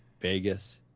Vegas